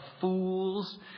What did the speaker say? fools